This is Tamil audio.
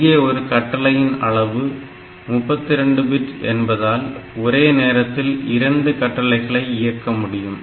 இங்கே ஒரு கட்டளையின் அளவு 32 பிட் என்பதால் ஒரே நேரத்தில் 2 கட்டளைகளை இயக்க முடியும்